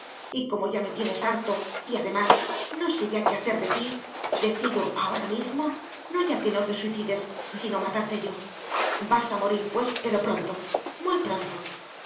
y como ya me tienes harto y además no sé ya qué hacer de ti decido ahora mismo no ya que no te suicides sino matarte yo vas a morir pues pero pronto muy pronto